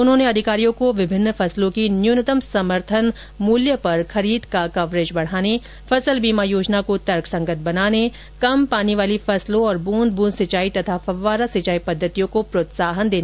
उन्होंने अधिकारियों को विभिन्न फसलों की न्यूनतम समर्थन मूल्य पर खरीद का कवरेज बढ़ाने फसल बीमा योजना को तर्कसंगत बनाने कम पानी वाली फसलों और बूंद बूंद सिंचाई तथा फव्वारा सिंचाई पद्धतियों को प्रोत्साहन देने के लिए अभियान चलाने के निर्देश दिए